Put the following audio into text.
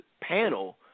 panel